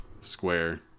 Square